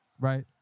Right